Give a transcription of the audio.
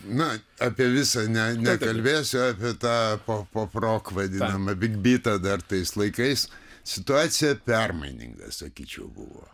na apie visą ne nekalbėsiu apie tą po poprok vaidinamą big bitą dar tais laikais situacija permaininga sakyčiau buvo